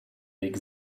weg